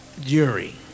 jury